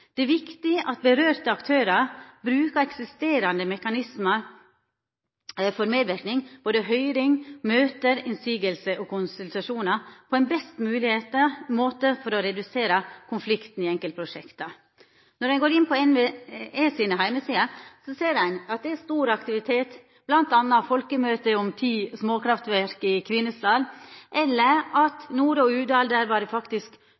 Det er viktig at dei aktørane det gjeld, brukar eksisterande mekanismar for medverknad: høyring, møte, innvendingar og konsultasjonar på ein best mogleg måte for å redusera konflikten i enkeltprosjekt. Når ein går inn på NVEs heimesider, ser ein at det er stor aktivitet – bl.a. folkemøte om ti småkraftverk i Kvinesdal, og i Nore og Uvdal var det faktisk